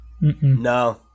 No